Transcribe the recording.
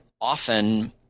Often